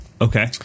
okay